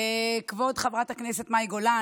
כבוד חברת הכנסת מאי גולן,